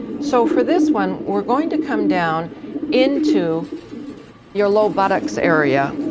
so for this one we're going to come down into your low buttocks area.